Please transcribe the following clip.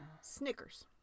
Snickers